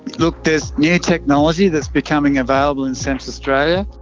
look, there's new technology that's becoming available in central australia.